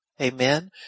Amen